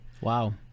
Wow